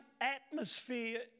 atmosphere